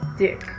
dick